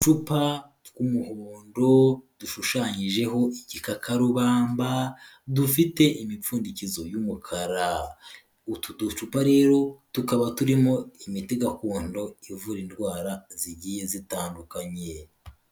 Uducupa tw'umuhondo dushushanyijeho igikakarubamba, dufite imipfundikizo y'umukara, utu ducupa rero tukaba turimo imiti gakondo ivura indwara zigiye zitandukanye.